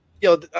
yo